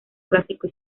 clásico